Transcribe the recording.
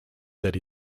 that